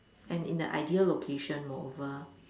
and in the ideal location moreover